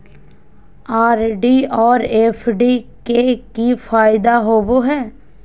RD और FD के की फायदा होबो हइ?